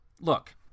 Look